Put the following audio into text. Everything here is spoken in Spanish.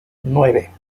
nueve